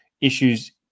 issues